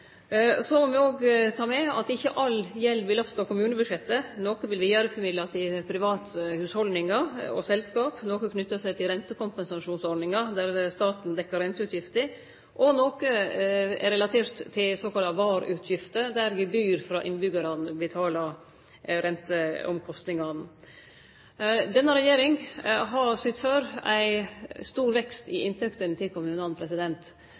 Så må me òg ta med at ikkje all gjeld belastar kommunebudsjettet. Noko blir vidareformidla til private hushald og selskap, noko knyter seg til rentekompensasjonsordninga der staten dekkjer renteutgiftene, og noko er relatert til såkalla VAR-utgifter, der gebyr frå innbyggjarane betalar renteomkostningane. Denne regjeringa har sytt for ein stor vekst i inntektene til kommunane.